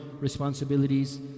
responsibilities